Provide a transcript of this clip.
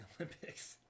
Olympics